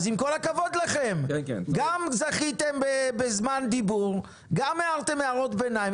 אתם גם זכיתם בזמן דיבור ואתם גם מעירים הערות ביניים,